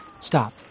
stop